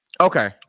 Okay